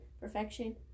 perfection